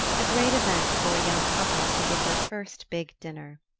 a great event for a young couple to give their first big dinner.